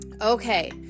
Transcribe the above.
Okay